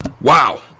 Wow